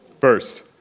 First